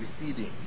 receding